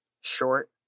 short